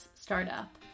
Startup